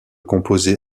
composé